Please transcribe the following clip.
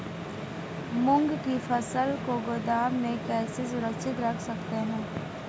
मूंग की फसल को गोदाम में कैसे सुरक्षित रख सकते हैं?